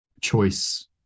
choice